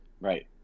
right